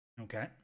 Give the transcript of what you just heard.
okay